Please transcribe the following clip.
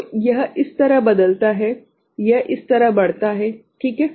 तो यह इस तरह बदलता है यह इस तरह बढ़ता है ठीक है